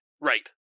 right